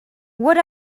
what